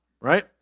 right